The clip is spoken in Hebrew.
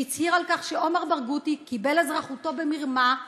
שהצהיר שעומר ברגותי קיבל אזרחותו במרמה,